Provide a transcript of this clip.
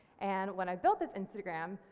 and when i built this instagram,